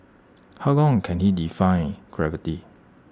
how long can he defy gravity